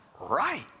right